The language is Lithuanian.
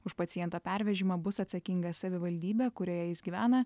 už paciento pervežimą bus atsakinga savivaldybė kurioje jis gyvena